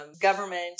government